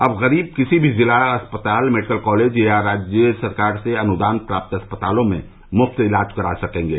अब गरीब किसी भी जिला अस्पताल मेडिकल कॉलेज या राज्य सरकार से अनुदान प्राप्त अस्पतालों में मुफ़्त इलाज करा सकेंगे